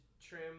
trim